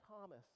Thomas